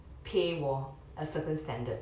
pay 我 a certain standard